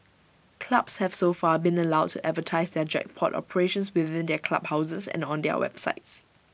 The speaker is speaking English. clubs have so far been allowed to advertise their jackpot operations within their clubhouses and on their websites